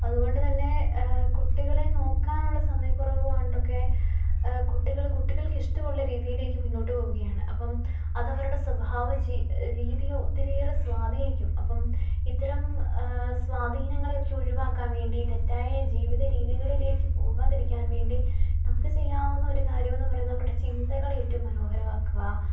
അതുകൊണ്ടുതന്നെ കുട്ടികളെ നോക്കാനുള്ള സമയക്കുറവുകൊണ്ടൊക്കെ കുട്ടികൾ കുട്ടികൾക്ക് ഇഷ്ടമുള്ള രീതിയിലേക്ക് മുന്നോട്ട് പോവുകയാണ് അപ്പം അതവരുടെ സ്വഭാവ രീതിയൊ ഒത്തിരിയേറെ സ്വാധീനിക്കും അപ്പം ഇത്തരം സ്വാധീനങ്ങളെയൊക്കെ ഒഴിവാക്കാൻ വേണ്ടി തെറ്റായ ജീവിതരീതികളിലേക്ക് പോകാതിരിക്കാൻ വേണ്ടി നമുക്ക് ചെയ്യാവുന്ന ഒരു കാര്യമെന്നു പറയുന്ന അവരുടെ ചിന്തകളെ ഏറ്റവും മനോഹരമാക്കുക